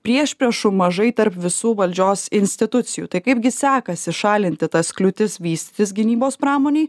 priešpriešų mažai tarp visų valdžios institucijų tai kaipgi sekasi šalinti tas kliūtis vystytis gynybos pramonei